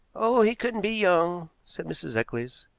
oh, he couldn't be young, said mrs. eccles,